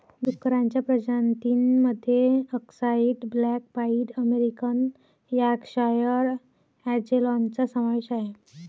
डुक्करांच्या प्रजातीं मध्ये अक्साई ब्लॅक पाईड अमेरिकन यॉर्कशायर अँजेलॉनचा समावेश आहे